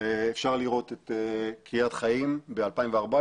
אפשר לראות את קרית חיים ב-2014,